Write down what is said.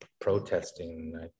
protesting